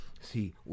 see